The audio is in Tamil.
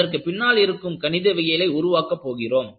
அதற்கு பின்னால் இருக்கும் கணிதவியலை உருவாக்க போகிறோம்